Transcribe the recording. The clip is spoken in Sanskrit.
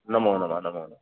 नमोनमः नमोनमः